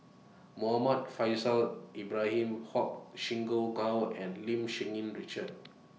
Muhammad Faishal Ibrahim Huang and Lim Cherng Yih Richard